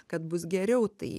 kad bus geriau tai